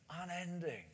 unending